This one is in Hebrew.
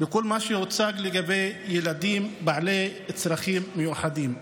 ולכל מה שהוצג לגבי ילדים בעלי צרכים מיוחדים.